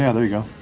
yeah there you go.